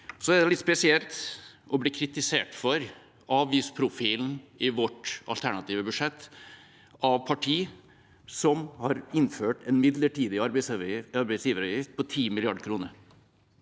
det jo litt spesielt å bli kritisert for avgiftsprofilen i vårt alternative budsjett av parti som har innført en midlertidig arbeidsgiveravgift på 10 mrd. kr.